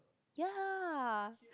ya